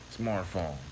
smartphone